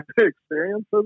experiences